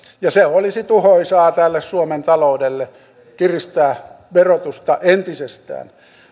olisi tuhoisaa tälle suomen taloudelle kiristää verotusta entisestään